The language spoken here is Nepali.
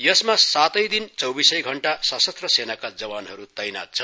यसमा सातै दिन चौविसै घण्टा सशरत्र सेनाका जवानहरू तैनाथ छन्